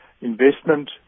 investment